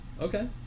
Okay